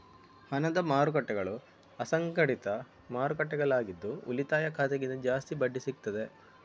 ಹಣದ ಮಾರುಕಟ್ಟೆಗಳು ಅಸಂಘಟಿತ ಮಾರುಕಟ್ಟೆಗಳಾಗಿದ್ದು ಉಳಿತಾಯ ಖಾತೆಗಿಂತ ಜಾಸ್ತಿ ಬಡ್ಡಿ ಸಿಗ್ತದೆ